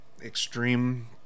extreme